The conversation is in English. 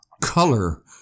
Color